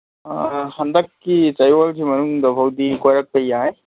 ꯍꯟꯗꯛꯀꯤ ꯆꯌꯣꯜꯁꯤꯒꯤ ꯃꯅꯨꯡꯗꯐꯥꯎꯗꯤ ꯀꯣꯏꯔꯛꯄ ꯌꯥꯏ